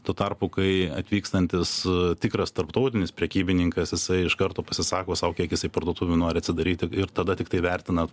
tuo tarpu kai atvykstantis tikras tarptautinis prekybininkas jisai iš karto pasisako sau kiek jisai parduotuvių nori atsidaryti ir tada tiktai vertina